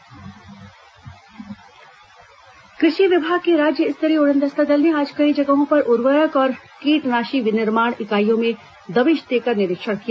उड़नदस्ता दल निरीक्षण कृषि विभाग के राज्य स्तरीय उड़नदस्ता दल ने आज कई जगहों पर उर्वरक और कीटनाशी विनिर्माण इकाईयों में दबिश देकर निरीक्षण किया